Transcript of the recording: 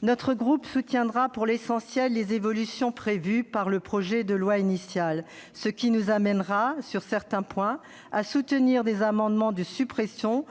Notre groupe soutiendra pour l'essentiel les évolutions prévues par le projet de loi initial, ce qui nous amènera, sur certains points, à soutenir des amendements de suppression